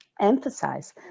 emphasize